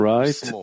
right